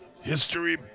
History